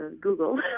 Google